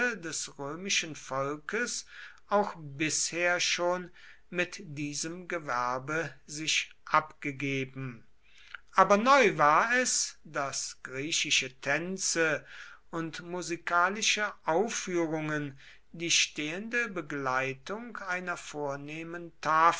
des römischen volkes auch bisher schon mit diesem gewerbe sich abgegeben aber neu war es daß griechische tänze und musikalische aufführungen die stehende begleitung einer vornehmen